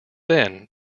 then